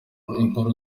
inkuru